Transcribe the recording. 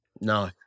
No